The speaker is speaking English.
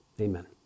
Amen